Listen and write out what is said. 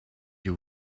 you